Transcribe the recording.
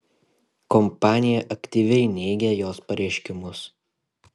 kompanija aktyviai neigia jos pareiškimus